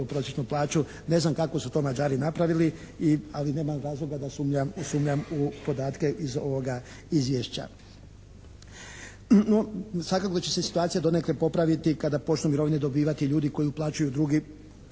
na prosječnu plaću. Ne znam kako su to Mađari napravili ali nemam razloga da sumnjam u podatke iz ovoga izvješća. No svakako da će se situacija donekle popraviti kada počnu mirovine dobivati ljudi koji uplaćuju drugi